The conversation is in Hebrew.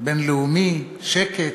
בין-לאומי, שקט,